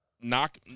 knock